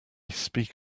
speak